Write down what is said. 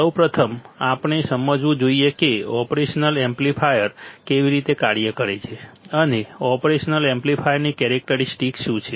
સૌ પ્રથમ આપણે સમજવું જોઈએ કે ઓપરેશનલ એમ્પ્લીફાયર કેવી રીતે કાર્ય કરે છે અને ઓપરેશનલ એમ્પ્લીફાયરની કેરેક્ટરિસ્ટિક શું છે